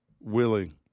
willing